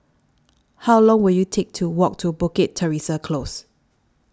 How Long Will IT Take to Walk to Bukit Teresa Close